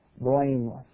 blameless